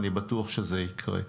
אני בטוח שזה יקרה.